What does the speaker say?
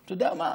אתה יודע מה?